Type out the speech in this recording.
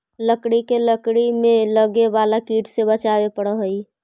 लकड़ी के लकड़ी में लगे वाला कीट से बचावे पड़ऽ हइ